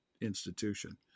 institution